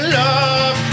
love